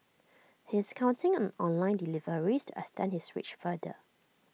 he is counting on online deliveries to extend his reach farther